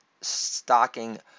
Stocking